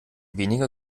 weniger